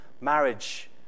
marriage